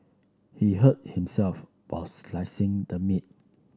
he hurt himself while slicing the meat